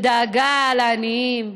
בדאגה לעניים,